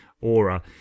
aura